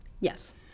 Yes